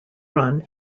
run